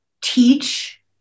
teach